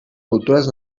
cultures